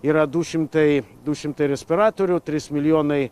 yra du šimtai du šimtai respiratorių trys milijonai